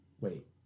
Wait